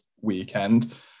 weekend